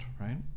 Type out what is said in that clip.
right